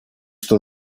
что